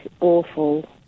awful